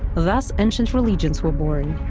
thus ancient religions were born,